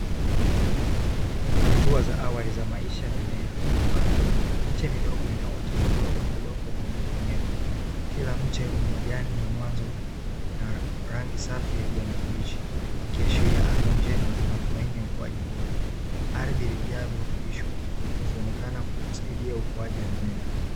Hatua za awali za maisha ya mimea ambapo miche midogo inaota kutoka kwenye udongo wenye unyevunyevu. Kila mche una majani ya mwanzo na rangi safi ya kijani kibichi ikiashiria afya njema na matumaini ya ukuaji bora. Ardhi iliyojaa virutubisho ikionekana kusaidia ukuaji wa mimea.